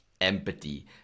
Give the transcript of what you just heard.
empathy